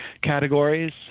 categories